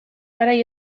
garai